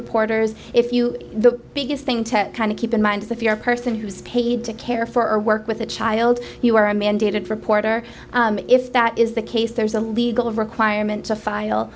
reporters if you the biggest thing to kind of keep in mind is if you're a person who's paid to care for work with a child you are a mandated reporter if that is the case there is a legal requirement to file